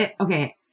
okay